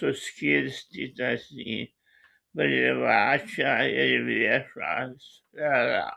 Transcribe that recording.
suskirstytas į privačią ir viešą sferas